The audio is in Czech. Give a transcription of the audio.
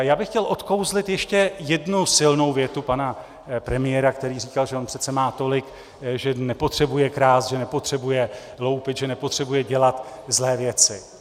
Já bych chtěl odkouzlit ještě jednu silnou větu pana premiéra, který říkal, že on přece má tolik, že nepotřebuje krást, že nepotřebuje loupit, že nepotřebuje dělat zlé věci.